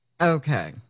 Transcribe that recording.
Okay